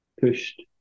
pushed